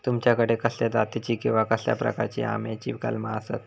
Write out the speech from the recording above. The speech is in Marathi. तुमच्याकडे कसल्या जातीची किवा कसल्या प्रकाराची आम्याची कलमा आसत?